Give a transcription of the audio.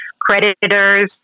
creditors